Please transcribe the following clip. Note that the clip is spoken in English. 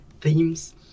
themes